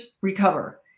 recover